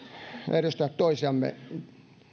edustajat toisiamme